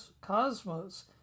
cosmos